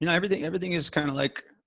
you know everything, everything is kind of like,